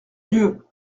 dieu